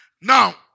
Now